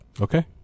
Okay